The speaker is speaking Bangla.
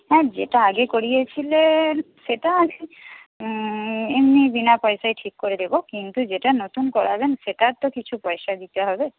হ্যা যেটা আগে করিয়েছিলেন সেটা এমনি বিনা পয়সায় ঠিক করে দেব কিন্তু যেটা নতুন করাবেন সেটা তো কিছু পয়সা দিতে হবে